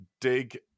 Dig